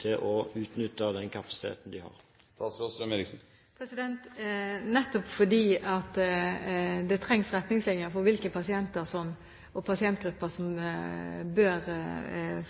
til å utnytte den kapasiteten de har. Nettopp fordi det trengs retningslinjer for hvilke pasienter og pasientgrupper som bør